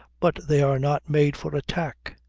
but they are not made for attack.